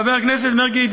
חבר הכנסת מרגי,